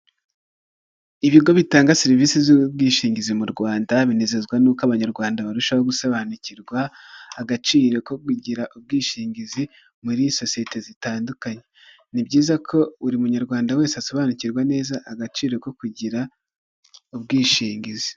Ibigo bitanga serivisi z'u ubwishingizi mu Rwanda binezezwa nuko abanyarwanda barushaho gusobanukirwa agaciro ko kugira ubwishingizi muri sosiyete zitandukanye, ni byiza ko buri munyarwanda wese asobanukirwa neza agaciro ko kugira ubwishingizi.